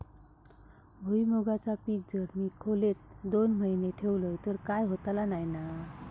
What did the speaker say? भुईमूगाचा पीक जर मी खोलेत दोन महिने ठेवलंय तर काय होतला नाय ना?